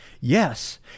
Yes